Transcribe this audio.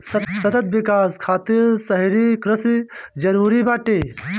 सतत विकास खातिर शहरी कृषि जरूरी बाटे